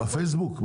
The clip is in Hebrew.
בפייסבוק?